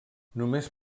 només